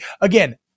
Again